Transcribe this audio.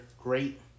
great